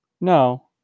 No